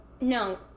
No